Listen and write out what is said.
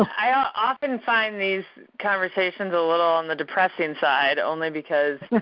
i often find these conversations a little on the depressing side only because,